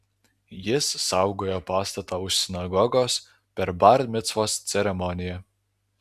jis saugojo pastatą už sinagogos per bar micvos ceremoniją